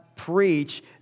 Preach